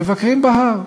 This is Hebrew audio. מבקרים בהר,